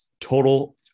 total